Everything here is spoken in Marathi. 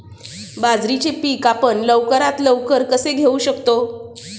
बाजरीचे पीक आपण लवकरात लवकर कसे घेऊ शकतो?